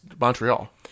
Montreal